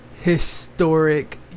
historic